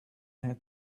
had